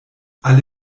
alle